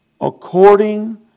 according